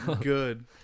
Good